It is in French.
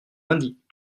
lundi